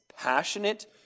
passionate